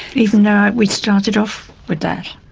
even though we started off with that.